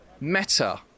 Meta